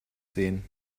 sehen